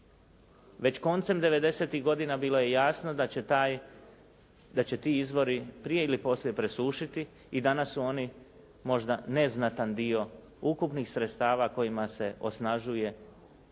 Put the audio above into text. Već koncem '90.-tih godina bilo je jasno da će taj, da će ti izvori prije ili poslije presušiti i danas su oni možda neznatan dio ukupnih sredstava kojima se osnažuje civilno